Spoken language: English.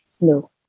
No